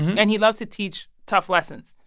and he loves to teach tough lessons.